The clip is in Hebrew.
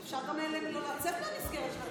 אפשר גם לא --- את המסגרת של הדיון.